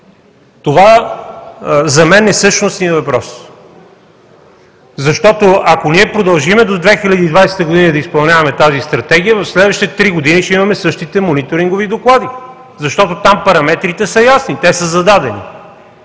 Това за мен е същностният въпрос. Защото, ако ние продължим до 2020 г. да изпълняваме тази Стратегия, в следващите три години ще имаме същите мониторингови доклади, защото там параметрите са ясни, те са зададени.